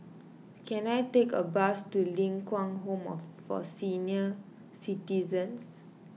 can I take a bus to Ling Kwang Home for Senior Citizens